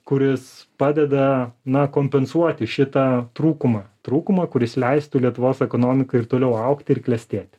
kuris padeda na kompensuoti šitą trūkumą trūkumą kuris leistų lietuvos ekonomikai ir toliau augti ir klestėti